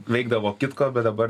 veikdavo kitko bet dabar